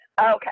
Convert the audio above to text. Okay